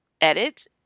edit